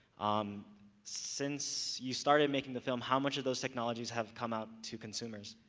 um since you started making the film, how much of those technologies have come out to consumers?